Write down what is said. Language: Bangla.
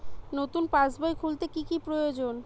নতুন পাশবই খুলতে কি কি প্রয়োজন?